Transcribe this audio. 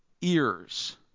ears